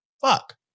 Fuck